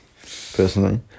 personally